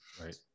Right